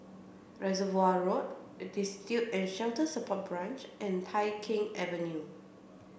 Reservoir Road Destitute and Shelter Support Branch and Tai Keng Avenue